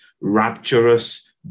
rapturous